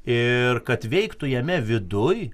ir kad veiktų jam viduj